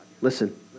listen